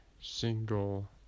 single